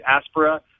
aspera